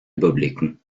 überblicken